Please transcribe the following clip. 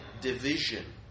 division